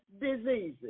diseases